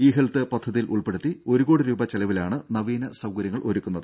E health പദ്ധതിയിലുൾപ്പെടുത്തി ഒരു കോടി രൂപ ചെലവിലാണ് നവീന സൌകര്യങ്ങൾ ഒരുക്കുന്നത്